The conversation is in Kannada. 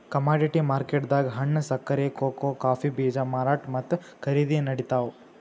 ಕಮಾಡಿಟಿ ಮಾರ್ಕೆಟ್ದಾಗ್ ಹಣ್ಣ್, ಸಕ್ಕರಿ, ಕೋಕೋ ಕಾಫೀ ಬೀಜ ಮಾರಾಟ್ ಮತ್ತ್ ಖರೀದಿ ನಡಿತಾವ್